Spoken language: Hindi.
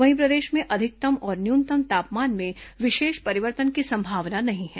वहीं प्रदेश में अधिकतम और न्यूनतम तापमान में विशेष परिवर्तन की संभावना नहीं है